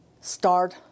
start